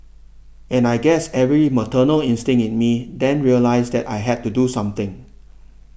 and I guess every maternal instinct in me then realised that I had to do something